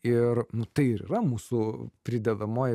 ir nu tai ir yra mūsų pridedamoji